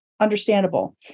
understandable